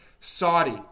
Saudi